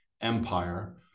empire